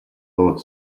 lord